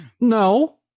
No